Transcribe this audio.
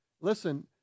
Listen